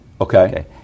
Okay